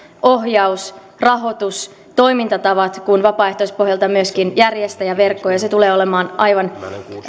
ohjaus rahoitus toimintatavat kuin vapaaehtoispohjalta myöskin järjestäjäverkko ja se tulee olemaan aivan